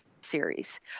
series